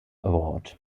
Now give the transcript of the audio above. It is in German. award